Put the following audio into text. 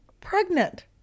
pregnant